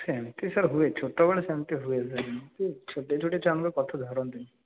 ସେମିତି ସାର୍ ହୁଏ ଛୋଟୋ ବେଳେ ସେମିତି ହୁଏ ସେମିତି ଛୋଟିଆ ଛୋଟିଆ ଛୁଆଙ୍କ କଥା ଧରନ୍ତିନି